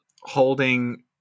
holding